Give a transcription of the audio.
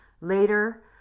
Later